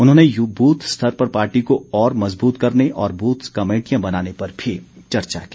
उन्होंने बूथ स्तर पर पार्टी को और मजबूत करने और बूथ कमेटियां बनाने पर भी चर्चा की